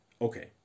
Okay